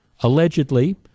allegedly